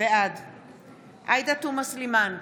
בעד עאידה תומא סלימאן,